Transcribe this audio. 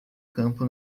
campo